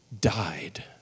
died